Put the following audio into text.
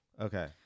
okay